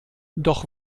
doch